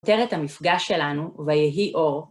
כותרת המפגש שלנו, ויהי אור.